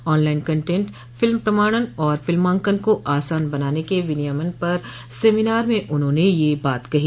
online content film प्रमाणन और फिल्मांकन को आसान बनाने क विनियमन पर सेमिनार में उन्होंने यह बात कहीं